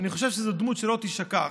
אני חושב שזו דמות שלא תישכח.